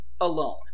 alone